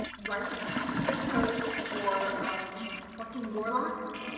ripe zip codes for plucking gorloks.